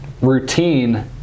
routine